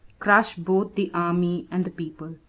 crush both the army and the people.